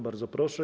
Bardzo proszę.